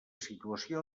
situació